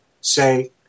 say